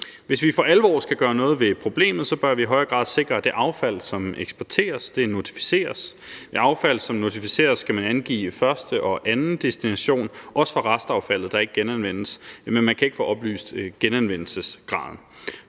Hvis vi for alvor skal gøre noget ved problemet, bør vi i højere grad sikre, at det affald, som eksporteres, notificeres. Med affald, som notificeres, skal man angive første og anden destination, også for restaffaldet, der ikke genanvendes, men man kan ikke få oplyst genanvendelsesgraden.